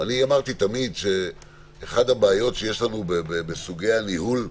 תמיד אמרתי שאחת הבעיות שיש לנו בסוגי הניהול במדינה,